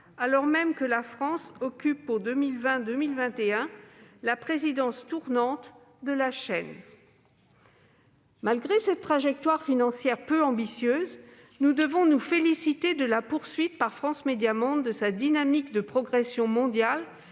alors même que la France occupe pour 2020-2021 la présidence tournante de la chaîne. Malgré cette trajectoire financière peu ambitieuse, nous devons nous féliciter de la poursuite par France Médias Monde de sa dynamique de progression mondiale